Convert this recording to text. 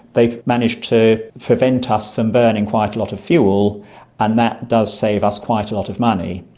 they've managed to prevent us from burning quite a lot of fuel and that does save us quite a lot of money.